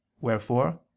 wherefore